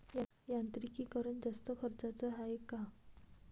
यांत्रिकीकरण जास्त खर्चाचं हाये का?